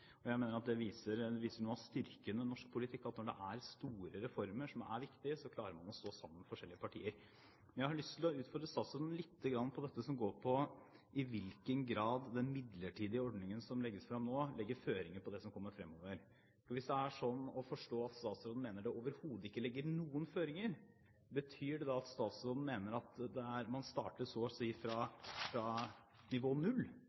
pensjonssaker. Jeg mener at dét viser noe av styrken ved norsk politikk, at når det er store reformer som er viktige, klarer forskjellige partier å stå sammen. Men jeg har lyst til å utfordre statsråden litt på dette som går på i hvilken grad den midlertidige ordningen som legges fram nå, legger føringer for det som kommer fremover. Hvis det er slik å forstå at statsråden mener det overhodet ikke ligger noen føringer, betyr det at statsråden mener at man så å si starter fra nivå null,